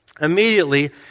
Immediately